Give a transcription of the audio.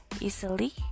easily